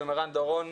או עם ערן דורון,